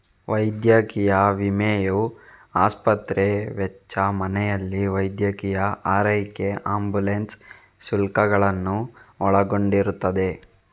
ವೈದ್ಯಕೀಯ ವಿಮೆಯು ಆಸ್ಪತ್ರೆ ವೆಚ್ಚ, ಮನೆಯಲ್ಲಿ ವೈದ್ಯಕೀಯ ಆರೈಕೆ ಆಂಬ್ಯುಲೆನ್ಸ್ ಶುಲ್ಕಗಳನ್ನು ಒಳಗೊಂಡಿರುತ್ತದೆ